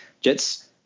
Jets